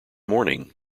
morning